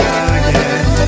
again